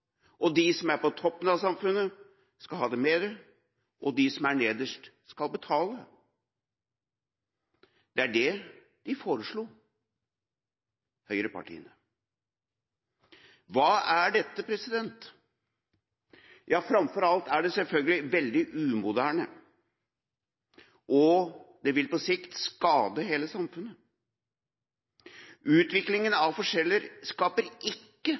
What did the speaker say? – de som er på toppen av samfunnet, skal ha mer, og de som er nederst, skal betale. Det er det høyrepartiene foreslår. Hva er dette? Ja, framfor alt er det selvfølgelig veldig umoderne, og det vil på sikt skade hele samfunnet. Utviklinga av forskjeller skaper ikke